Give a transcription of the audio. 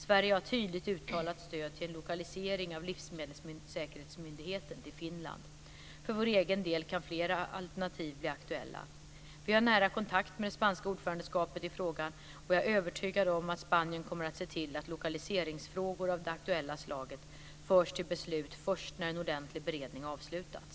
Sverige har tydligt uttalat stöd till en lokalisering av livsmedelssäkerhetsmyndigheten till Finland. För vår egen del kan flera alternativ bli aktuella. Vi har nära kontakt med det spanska ordförandeskapet i frågan. Jag är övertygad om att Spanien kommer att se till att lokaliseringsfrågor av det aktuella slaget förs till beslut först när en ordentlig beredning avslutats.